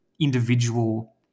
individual